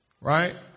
right